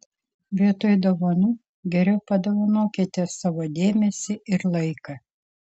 vietoj dovanų geriau padovanokite savo dėmesį ir laiką